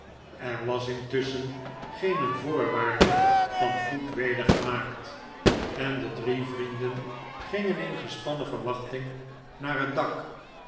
er was intusschen geene voorwaarde van goed weder gemaakt en de drie vrienden gingen in gespannen verwachting naar het dak